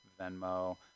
Venmo